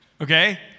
Okay